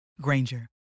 Granger